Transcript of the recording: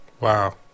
Wow